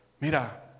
Mira